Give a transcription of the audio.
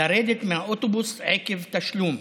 לרדת מהאוטובוס עקב תשלום.